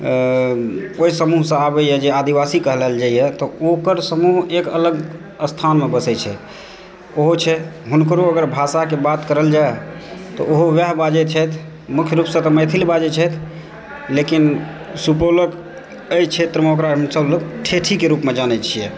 ओहि समूहसँ आबैया जे आदिवासी कहलाएल जाइए तऽ ओकर समूह एक अलग स्थानमे बसै छै ओहो छै हुनकरो अगर भाषाके बात करल जाए तऽ ओहो ओएह बाजै छथि मुख्य रूपसँ तऽ मैथिली बाजै छथि लेकिन सुपौलके एहि क्षेत्रमे ओकरा लोक ठेठहीके रूपमे जानै छियै